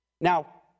Now